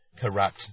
corrupt